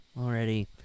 already